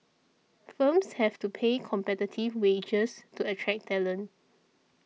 firms have to pay competitive wages to attract talent